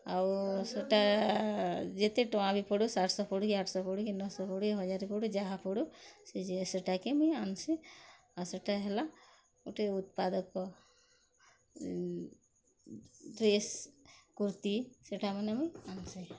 ଆଉ ସେଟା ଯେତେ ଟଙ୍କା ବି ପଡ଼ୁ ସାତ ଶହ ପଡ଼ୁ କି ଆଠଶହ ପଡ଼ୁ କି ନଅଶହ ପଡ଼ୁ କି ହଜାରେ ପଡ଼ୁ ଯାହା ପଡ଼ୁସେଟାକେ ମୁଇଁ ଆନ୍ସି ସେଟା ହେଲା ଗୁଟେ ଉତ୍ପାଦକଡ୍ରେସ୍ କୁର୍ତ୍ତୀ ସେଟାମାନେ ମୁଇଁ ଆନ୍ସି